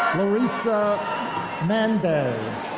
larissa mandes.